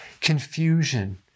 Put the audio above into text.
Confusion